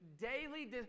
daily